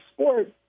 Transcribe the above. sport